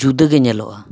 ᱡᱩᱫᱟᱹ ᱜᱮ ᱧᱮᱞᱚᱜᱼᱟ